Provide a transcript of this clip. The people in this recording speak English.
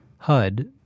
HUD